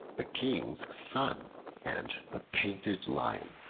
the king's son and the painted lion